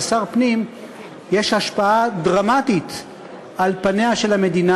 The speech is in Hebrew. לשר הפנים יש השפעה דרמטית על פניה של המדינה.